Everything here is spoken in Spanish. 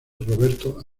roberto